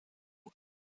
und